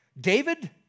David